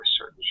research